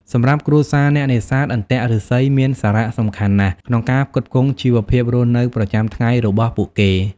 សម្រាប់គ្រួសារអ្នកនេសាទ អន្ទាក់ឫស្សីមានសារៈសំខាន់ណាស់ក្នុងការផ្គត់ផ្គង់ជីវភាពរស់នៅប្រចាំថ្ងៃរបស់ពួកគេ។